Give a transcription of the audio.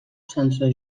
censor